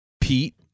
Pete